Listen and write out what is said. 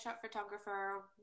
photographer